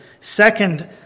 Second